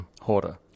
hoarder